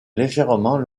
légèrement